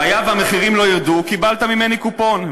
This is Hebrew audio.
והיה והמחירים לא ירדו, קיבלת ממני קופון.